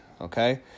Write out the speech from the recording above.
okay